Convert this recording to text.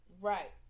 right